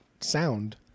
sound